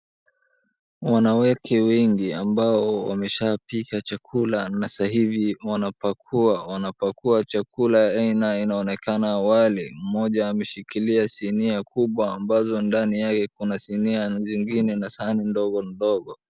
Wanawake wengi ambao wameshapika chakula sasa hivi wanapakua, wanapakua chakala ya aina inaonekana wali, mmoja ameshikilia sinia kubwa ambazo ndani yake kuna sinia zingine na sahani ndogo ndogo.